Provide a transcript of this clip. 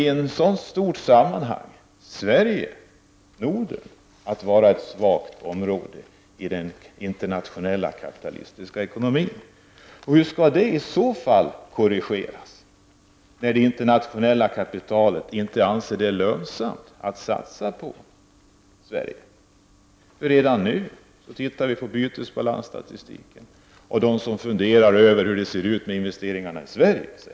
Kommer i ett stort sammanhang Sverige — eller Norden — att vara ett svagt område i den internationella kapitalistiska ekonomin? Och hur skall det i så fall korrigeras, när det internationella kapitalet inte anser det lönsamt att satsa på Sverige? Redan nu kan vi titta på bytesbalansstatistiken och fundera över hur det ser ut med investeringarna i Sverige.